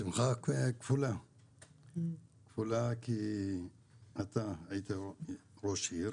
השמחה כפולה כי אתה היית ראש העיר